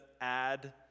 add